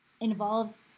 involves